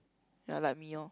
ya like me lor